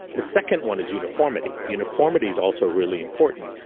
the second one is uniformity. uniformity is also really important.